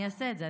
אני אעשה את זה.